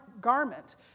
garment